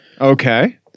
okay